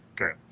Okay